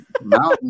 Mountain